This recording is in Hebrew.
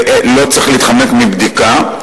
ולא צריך להתחמק מבדיקה.